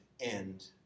end